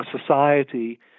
society